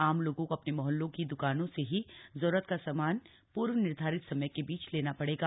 आम लोगों को अपने मोहल्लों की द्कानों से ही जरूरत का सामान पूर्व निर्धारित समय के बीच लेना पड़ेगा